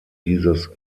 dieses